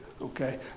Okay